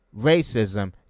racism